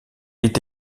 est